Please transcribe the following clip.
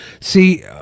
See